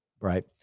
right